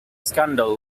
scandal